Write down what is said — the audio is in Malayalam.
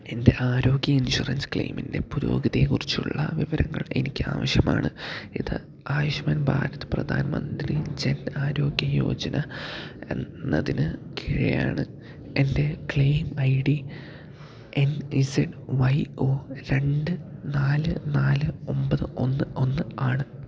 എൻ്റെ ആരോഗ്യ ഇൻഷുറൻസ് ക്ലയിമിൻ്റെ പുരോഗതിയെ കുറിച്ചുള്ള വിവരങ്ങൾ എനിക്ക് ആവശ്യമാണ് ഇത് ആയുഷ്മാൻ ഭാരത് പ്രധാൻ മന്ത്രി ജെൻ ആരോഗ്യ യോജന എന്നതിന് കീഴെയാണ് എൻ്റെ claim I D N Z Y O രണ്ട് നാല് നാല് ഒമ്പത് ഒന്ന് ഒന്ന് ആണ്